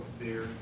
fear